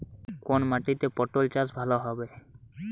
কোন মাটিতে পটল চাষ ভালো হবে?